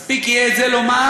מספיק יהיה לומר: